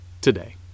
today